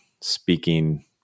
speaking